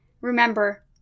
Remember